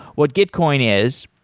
what gitcoin is,